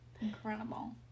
incredible